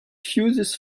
fuses